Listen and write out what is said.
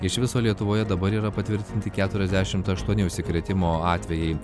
iš viso lietuvoje dabar yra patvirtinti keturiasdešimt aštuoni užsikrėtimo atvejai